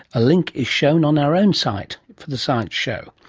a link is shown on our own site for the science show.